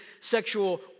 sexual